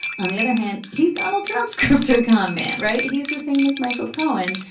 on the other hand, he's donald trump's craftier con man. right. he's the same as michael cohen.